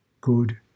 good